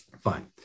fine